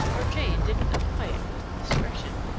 or jane didn't apply it with discretion.